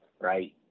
right